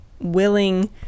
willing